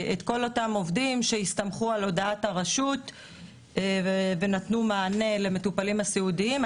כל אותם עובדים שהסתמכו על הודעת הרשות ונתנו מענה למטופלים הסיעודיים,